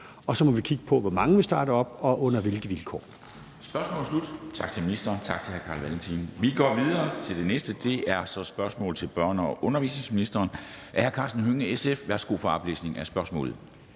og så må vi kigge på, hvor mange der starter op og under hvilke vilkår.